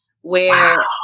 where-